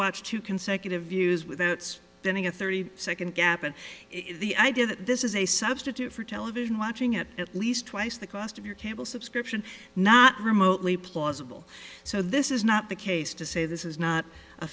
watch two consecutive views with that then a thirty second gap and the idea that this is a substitute for television watching it at least twice the cost of your cable subscription not remotely plausible so this is not the case to say this is not a